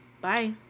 bye